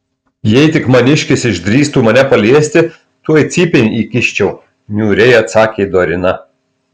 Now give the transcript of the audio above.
jei tik maniškis išdrįstų mane paliesti tuoj cypėn įkiščiau niūriai atsakė dorina